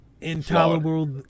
intolerable